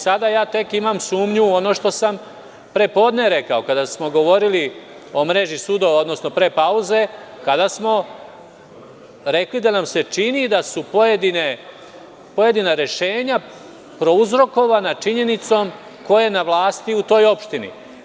Sada ja tek imam sumnju, ono što sam pre podne rekao kada smo govorili o mreži sudova, odnosno pre pauze, kada smo rekli da nam se čini da su pojedina rešenja prouzrokovana činjenicom ko je na vlasti u toj opštini.